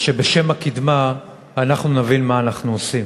שבשם הקִדמה אנחנו נבין מה אנחנו עושים.